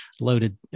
loaded